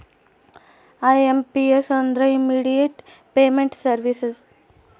IMPS ಅಂದ್ರ immediate payment services